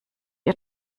ihr